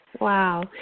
Wow